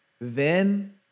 Then